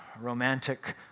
romantic